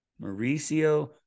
Mauricio